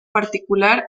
particular